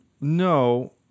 No